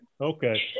Okay